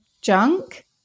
junk